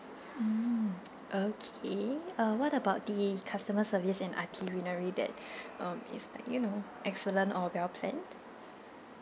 mm okay uh what about the customer service and itinerary that um is you know excellent or well planned